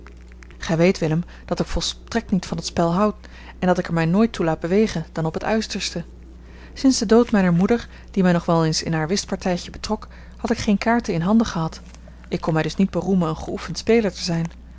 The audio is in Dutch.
gij weet willem dat ik volstrekt niet van het spel houd en dat ik er mij nooit toe laat bewegen dan op het uiterste sinds den dood mijner moeder die mij nog wel eens in haar whistpartijtje betrok had ik geene kaarten in handen gehad ik kan mij dus niet beroemen een geoefend speler te zijn